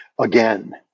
again